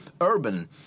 urban